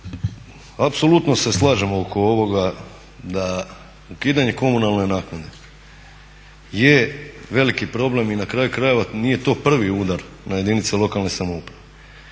apsolutno se slažemo oko ovoga da ukidanje komunalne naknade je veliki problem i na kraju krajeva nije to prvi udar na jedinice lokalne samouprave.